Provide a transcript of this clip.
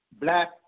black